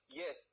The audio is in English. yes